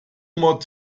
mod